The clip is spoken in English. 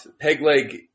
Pegleg